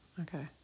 okay